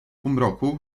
półmroku